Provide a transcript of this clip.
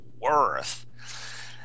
worth